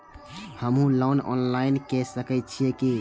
हमू loan online के सके छीये की?